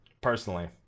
Personally